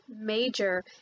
major